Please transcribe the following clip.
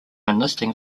enlisting